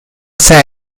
c’è